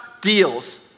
deals